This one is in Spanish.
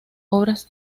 obras